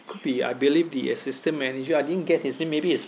could be I believe the assistant manager I didn't get his name maybe it's